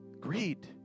Greed